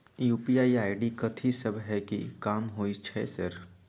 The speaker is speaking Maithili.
यु.पी.आई आई.डी कथि सब हय कि काम होय छय सर?